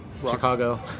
Chicago